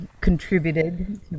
contributed